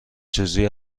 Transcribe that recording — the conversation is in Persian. سوزی